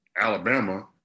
Alabama